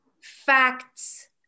facts